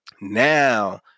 now